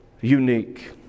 unique